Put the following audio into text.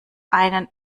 einen